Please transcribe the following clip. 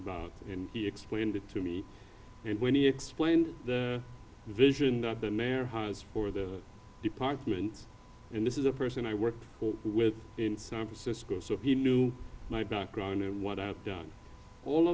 about and he explained it to me and when he explained the vision that the mayor has for the department and this is a person i worked with in san francisco so he knew my background and what i've done all